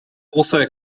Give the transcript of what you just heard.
also